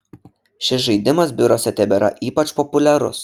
šis žaidimas biuruose tebėra ypač populiarus